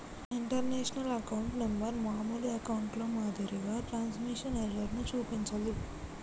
international account number మామూలు అకౌంట్లో మాదిరిగా ట్రాన్స్మిషన్ ఎర్రర్ ను చూపించదు